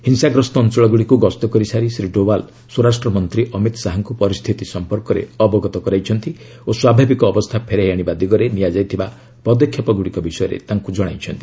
ହିଂସାଗ୍ରସ୍ତ ଅଞ୍ଚଳଗୁଡ଼ିକୁ ଗସ୍ତ କରି ସାରି ଶ୍ରୀ ଡୋବାଲ୍ ସ୍ୱରାଷ୍ଟ୍ରମନ୍ତ୍ରୀ ଅମିତ ଶାହାଙ୍କୁ ପରିସ୍ଥିତି ସଂପର୍କରେ ଅବଗତ କରାଇଛନ୍ତି ଓ ସ୍ୱାଭାବିକ ଅବସ୍ଥା ଫେରାଇ ଆଣିବା ଦିଗରେ ନିଆଯାଇଥିବା ପଦକ୍ଷେପଗୁଡ଼ିକ ବିଷୟରେ ତାଙ୍କୁ ଜଣାଇଛନ୍ତି